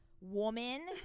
woman